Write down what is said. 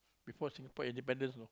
before Singapore independence know